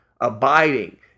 abiding